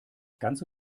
ganze